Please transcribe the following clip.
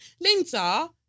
Linda